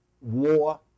war